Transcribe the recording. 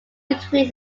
between